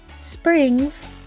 springs